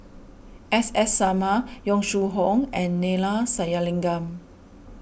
S S Sarma Yong Shu Hoong and Neila Sathyalingam